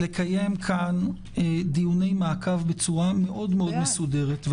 לקיים כאן דיוני מעקב בצורה מאוד מסודרת.